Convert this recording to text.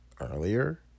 earlier